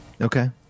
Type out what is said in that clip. Okay